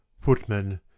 Footman